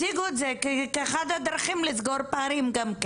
הציגו את זה כאחת הדרכים לסגור פערים.